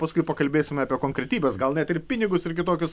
paskui pakalbėsime apie konkretybes gal net ir pinigus ir kitokius